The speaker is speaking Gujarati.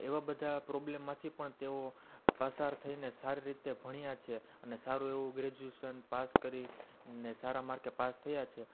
એવા બધા પ્રોબ્લમમાંથી પણ તેઓ પસાર થઈને સારી રીતે ભણ્યા છે અને સારું એવું ગ્રેજ્યુઇશન પાસ કરી ને સારા માર્કે પાસ થયા છે